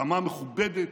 במה מכובדת,